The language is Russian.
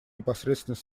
непосредственно